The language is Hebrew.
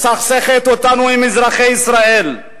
מסכסכת אותנו עם אזרחי ישראל.